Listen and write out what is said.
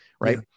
Right